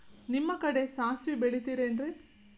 ನಿಮ್ಮ ಕಡೆ ಸಾಸ್ವಿ ಬೆಳಿತಿರೆನ್ರಿ?